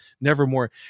Nevermore